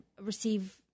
receive